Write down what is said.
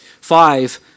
Five